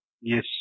Yes